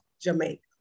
Jamaica